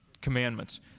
commandments